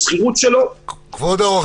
בשכירות --- לא,